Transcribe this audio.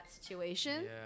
situation